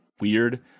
weird